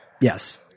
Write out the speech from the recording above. Yes